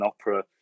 opera